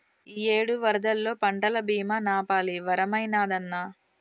ఇయ్యేడు వరదల్లో పంటల బీమా నాపాలి వరమైనాదన్నా